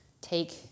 take